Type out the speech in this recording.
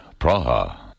Praha